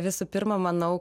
visų pirma manau